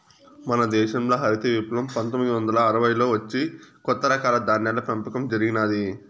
మన దేశంల హరిత విప్లవం పందొమ్మిది వందల అరవైలలో వచ్చి కొత్త రకాల ధాన్యాల పెంపకం జరిగినాది